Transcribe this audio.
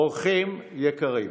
אורחים יקרים.